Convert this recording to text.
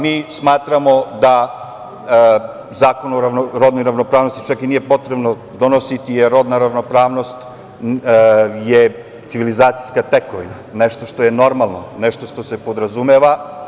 Mi smatramo da zakon o rodnoj ravnopravnosti, čak i nije potrebno donositi, jer rodna ravnopravnost, je civilizacijska tekovina, nešto što je normalno, nešto što se podrazumeva.